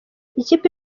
ikipe